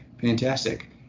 fantastic